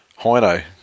Hino